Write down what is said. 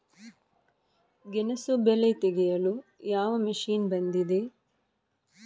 ಗೆಣಸು ಬೆಳೆ ತೆಗೆಯಲು ಯಾವ ಮಷೀನ್ ಬಂದಿದೆ?